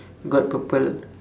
got purple